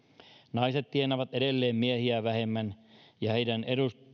naiset tienaavat edelleen miehiä vähemmän ja heidän